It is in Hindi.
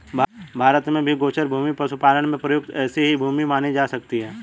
भारत में भी गोचर भूमि पशुपालन में प्रयुक्त ऐसी ही भूमि मानी जा सकती है